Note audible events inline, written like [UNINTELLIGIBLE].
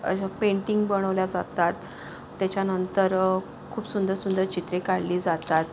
[UNINTELLIGIBLE] अच्छा पेंटिंग बनवली जातात त्याच्यानंतर खूप सुंदर सुंदर चित्रे काढली जातात